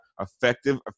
effective